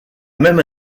même